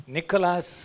Nicholas